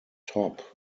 top